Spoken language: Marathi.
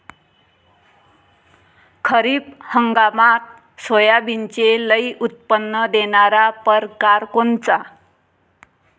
खरीप हंगामात सोयाबीनचे लई उत्पन्न देणारा परकार कोनचा?